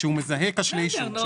כשהוא מזהה כשלי שוק.